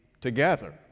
together